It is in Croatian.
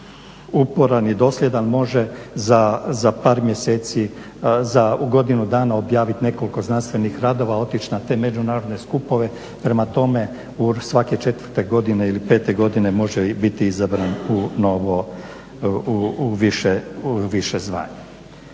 uporan i dosljedan može za godinu dana objavit nekoliko znanstvenih radova, otići na te međunarodne skupove. Prema tome, svake 4 ili 5 godine može biti izabran u više zvanje.